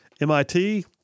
MIT